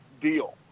deal